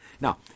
Now